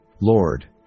Lord